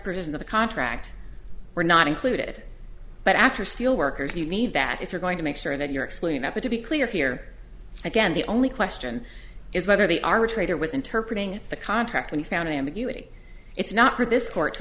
provision of the contract were not included but after steelworkers you need that if you're going to make sure that you're exploiting that but to be clear here again the only question is whether the arbitrator was interpretating the contract when he found ambiguity it's not for this court to